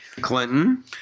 Clinton